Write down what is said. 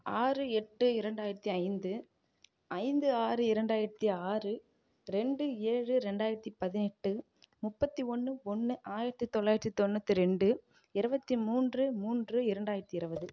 ஆறு எட்டு இரண்டாயிரத்தி ஐந்து ஐந்து ஆறு இரண்டாயிரத்தி ஆறு ரெண்டு ஏழு ரெண்டாயிரத்தி பதினெட்டு முப்பத்தி ஒன்று ஒன்று ஆயிரத்தி தொள்ளாயிரத்தி தொண்ணூற்றி ரெண்டு இருபத்தி மூன்று மூன்று இரண்டாயிரத்தி இருபது